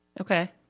Okay